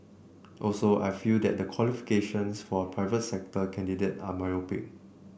also I feel that the qualifications for a private sector candidate are myopic